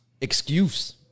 excuse